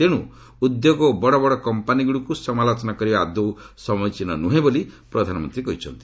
ତେଣୁ ଉଦ୍ୟୋଗ ଓ ବଡ଼ ବଡ଼ କମ୍ପାନୀଗୁଡ଼ିକୁ ସମାଲୋଚନା କରିବା ଆଦୌ ସମୀଚୀନ ନୁହେଁ ବୋଲି ପ୍ରଧାନମନ୍ତ୍ରୀ କହିଛନ୍ତି